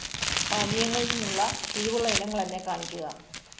പാനീയങ്ങളിൽ നിന്നുള്ള കിഴിവുള്ള ഇനങ്ങൾ എന്നെ കാണിക്കുക